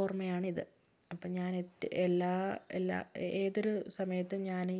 ഓർമയാണിത് അപ്പോൾ ഞാന് എല്ലാ എല്ലാ ഏതൊരു സമയത്തും ഞാനീ